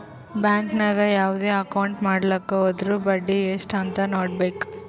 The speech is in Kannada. ಬ್ಯಾಂಕ್ ನಾಗ್ ಯಾವ್ದೇ ಅಕೌಂಟ್ ಮಾಡ್ಲಾಕ ಹೊದುರ್ ಬಡ್ಡಿ ಎಸ್ಟ್ ಅಂತ್ ನೊಡ್ಬೇಕ